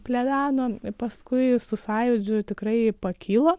pleveno paskui su sąjūdžiu tikrai pakilo